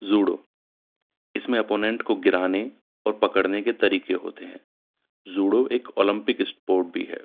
judo اس میں opponent کو گرانے اور پکڑنے کے طریقے ہوتے ہیں زوڈو ایک اولمپک اسپورٹ بھی ہے